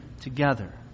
together